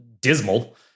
dismal